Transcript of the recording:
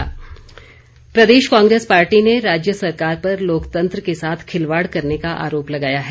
कांग्रेस प्रदेश कांग्रेस पार्टी ने राज्य सरकार पर लोकतंत्र के साथ खिलवाड़ करने का आरोप लगाया है